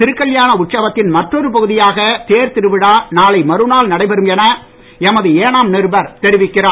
திருக்கல்யாண உற்சவத்தின் மற்றொரு பகுதியாக தேர்திருவிழா நாளை மறுநாள் நடைபெறும் என எமது ஏனாம் நிருபர் தெரிவிக்கிறார்